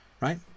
right